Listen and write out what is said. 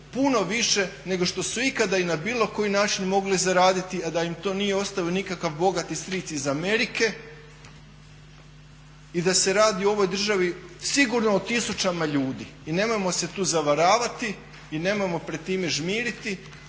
puno više nego što su ikada i na bilo koji način mogli zaraditi a da im to nije ostavio nikakav bogati stric iz Amerike, i da se radi u ovoj državi sigurno o tisućama ljudi i nemojmo se tu zavaravati i nemojmo pred time žmiriti.